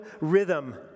rhythm